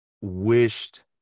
wished